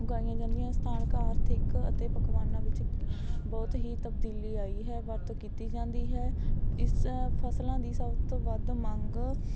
ਉਗਾਈਆਂ ਜਾਂਦੀਆਂ ਹਨ ਸਥਾਨਕ ਆਰਥਿਕ ਅਤੇ ਪਕਵਾਨਾਂ ਵਿੱਚ ਬਹੁਤ ਹੀ ਤਬਦੀਲੀ ਆਈ ਹੈ ਵਰਤੋਂ ਕੀਤੀ ਜਾਂਦੀ ਹੈ ਇਸ ਫਸਲਾਂ ਦੀ ਸਭ ਤੋਂ ਵੱਧ ਮੰਗ